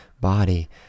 body